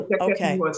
okay